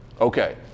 okay